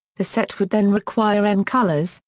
the set would then require n colors,